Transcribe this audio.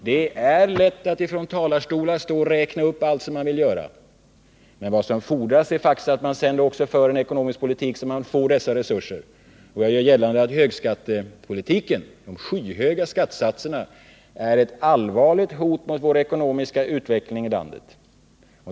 Det är lätt att från talarstolar stå och räkna upp allt man vill göra, men vad som fordras är faktiskt att man också för en ekonomisk politik som innebär att man får dessa resurser. Jag gör gällande att högskattepolitiken med de skyhöga skattesatserna är ett allvarligt hot mot den ekonomiska utvecklingen i landet.